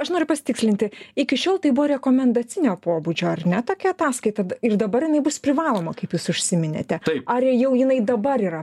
aš noriu pasitikslinti iki šiol tai buvo rekomendacinio pobūdžio ar ne tokia ataskaita ir dabar jinai bus privaloma kaip jūs užsiminėte ar jau jinai dabar yra